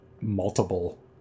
multiple